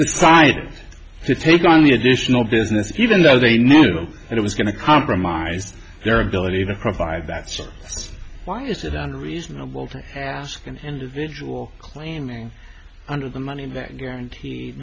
decided to take on the additional business even though they knew it was going to compromise their ability to provide that's why is it unreasonable to ask an individual claiming under the money back guarantee